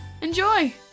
Enjoy